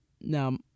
Now